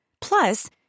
Plus